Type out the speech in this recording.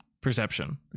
perception